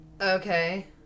Okay